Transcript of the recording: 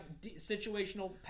situational –